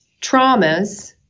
traumas